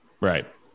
Right